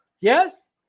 Yes